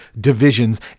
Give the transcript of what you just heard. divisions